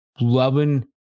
Loving